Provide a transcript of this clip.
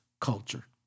culture